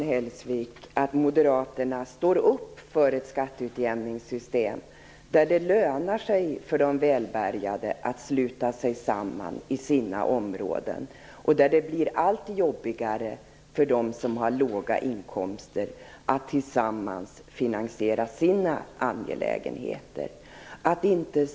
Herr talman! Moderaterna står alltså upp för ett skatteutjämningssystem där det lönar sig för de välbärgade att sluta sig samman i sina områden och där det blir allt jobbigare för dem som har låga inkomster att tillsammans finansiera sina angelägenheter.